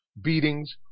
beatings